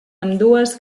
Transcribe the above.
ambdues